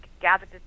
gathered